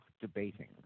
debating